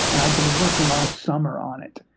and i'd been working all summer on it.